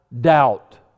doubt